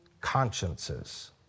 consciences